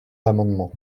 l’amendement